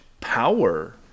power